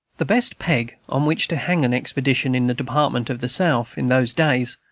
the best peg on which to hang an expedition in the department of the south, in those days,